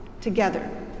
together